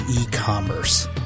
e-commerce